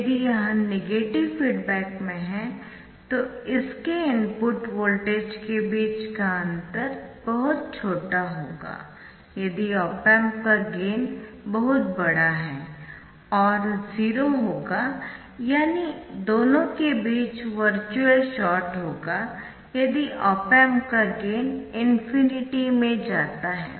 यदि यह negative feedback में है तो इसके इनपुट वोल्टेज के बीच का अंतर बहुत छोटा होगा यदि ऑप एम्प का गेन बहुत बड़ा है और 0 होगा यानि दोनों के बीच वर्चुअल शार्ट होगा यदि ऑप एम्प का गेन ∞ में जाता है